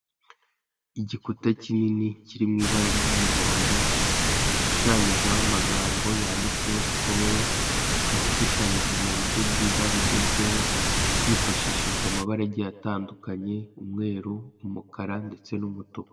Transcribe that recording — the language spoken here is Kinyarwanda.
Igikuta kinini kiri mu ibara ry'umuhondo gishushanyijeho amagambo yanditseho sikoro. Akaba ashushanyije mu buryo bwiza bugezweho hifashishijwe amabara agiye atandukanye umweru, umukara ndetse n'umutuku.